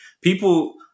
people